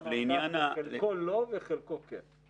-- -חלקו לא וחלקו כן.